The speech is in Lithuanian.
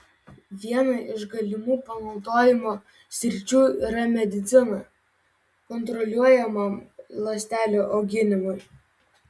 viena iš galimų panaudojimo sričių yra medicina kontroliuojamam ląstelių auginimui